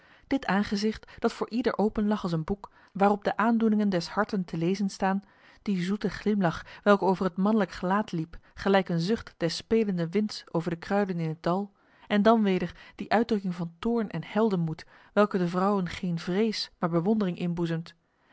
dit aangezicht dat voor ieder openlag als een boek waarop de aandoeningen des harten te lezen staan die zoete glimlach welke over het manlijk gelaat liep gelijk een zucht des spelenden winds over de kruiden in het dal en dan weder die uitdrukking van toorn en heldenmoed welke de vrouwen geen vrees maar bewondering